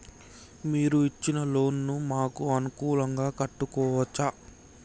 మీరు ఇచ్చిన లోన్ ను మాకు అనుకూలంగా కట్టుకోవచ్చా?